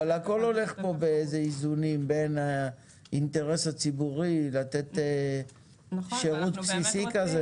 הכול הולך פה באיזה איזונים בין האינטרס הציבורי לתת שירות בסיסי כזה.